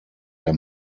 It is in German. der